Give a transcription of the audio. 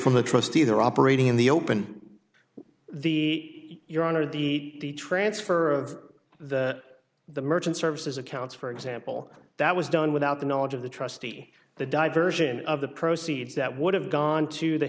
from the trustee there operating in the open the your honor the transfer of the the merchant services accounts for example that was done without the knowledge of the trustee the diversion of the proceeds that would have gone to the